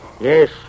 Yes